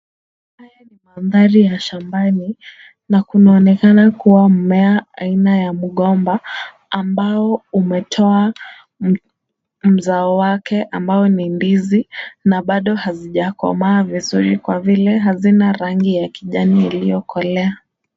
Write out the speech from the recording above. Haya ni mandhari ya shambani na kunaonekana kuwa mmea aina ya mgomba, ambao umetoa mzao wake ambao ni ndizi na bado hazijakomaa vizuri kwa vile hazina rangi ya kijani iliyokolea.